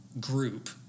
group